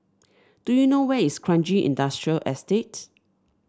do you know where is Kranji Industrial Estate